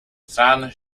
san